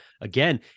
again